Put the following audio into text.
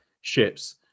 ships